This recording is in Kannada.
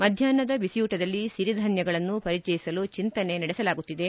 ಮಧ್ಯಾಷ್ನದ ಬಿಸಿಯೂಟದಲ್ಲಿ ಸಿರಿಧಾನ್ಭಗಳನ್ನು ಪರಿಚಯಿಸಲು ಚಂತನೆ ನಡೆಸಲಾಗುತ್ತಿದೆ